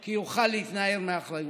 כי יוכל להתנער מאחריות.